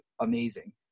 amazing